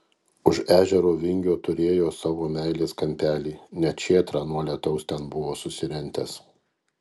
už ežero vingio turėjo savo meilės kampelį net šėtrą nuo lietaus ten buvo susirentęs